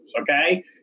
Okay